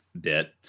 bit